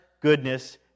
goodness